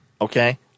okay